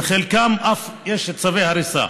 ולחלקם אף יש צווי הריסה,